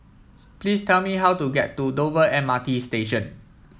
please tell me how to get to Dover M R T Station